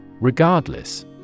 Regardless